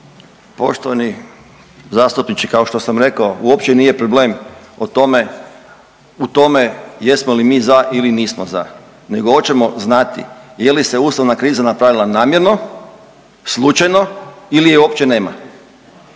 Poštovani zastupniče kao što sam rekao uopće nije problem u tome jesmo li mi za ili nismo za nego hoćemo znati je li se ustavna kriza napravila namjerno, slučajno ili je uopće nema.